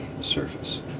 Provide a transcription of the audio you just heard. surface